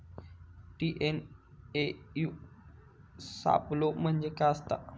TNAU सापलो म्हणजे काय असतां?